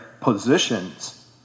positions